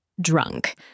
drunk